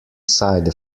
side